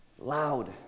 loud